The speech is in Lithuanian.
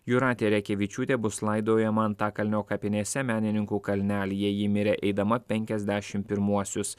jūratė rekevičiūtė bus laidojama antakalnio kapinėse menininkų kalnelyje ji mirė eidama penkiasdešim pirmuosius